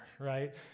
right